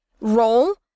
roll